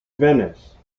venice